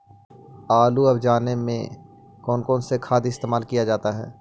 आलू अब जाने में कौन कौन सा खाद इस्तेमाल क्या जाता है?